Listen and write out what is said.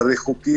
לריחוק,